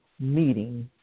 meeting